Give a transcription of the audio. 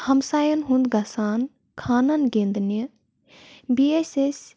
ہَمساَین ہُنٛد گژھان خانَن گِنٛدنہِ بیٚیہِ ٲسۍ أسۍ